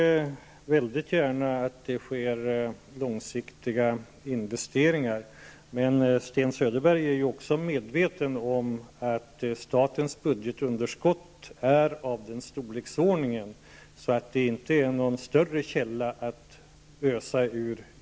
Fru talman! Jag ser väldigt gärna att det sker långsiktiga investeringar. Sten Söderberg är också medveten om att statens budgetunderskott i nuvarande situation är av den storleksordningen att det inte finns någon större källa att ösa ur.